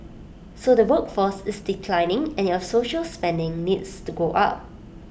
so the workforce is declining and your social spending needs to go up